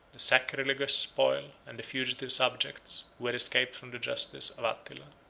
the sacrilegious spoil, and the fugitive subjects, who had escaped from the justice of attila.